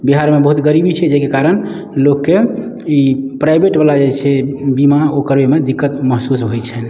बिहारमे बहुत गरीबी छै जाहिके कारण लोकके ई प्राइवेट वाला जे छै बीमा ओ करैमे दिक्कत महसूस होइत छनि